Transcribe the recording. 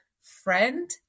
friend